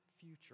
future